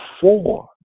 four